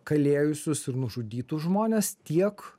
kalėjusius ir nužudytus žmones tiek